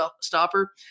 stopper